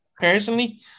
personally